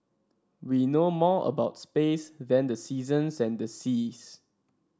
we know more about space than the seasons and the seas